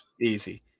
easy